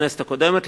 בכנסת הקודמת.